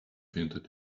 hinted